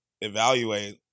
evaluate